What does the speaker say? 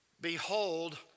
Behold